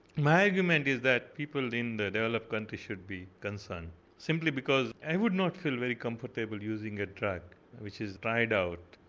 my argument is that people in the developed countries should be concerned simply because i would not feel very comfortable using a drug which is tried out,